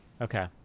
Okay